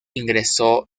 ingresó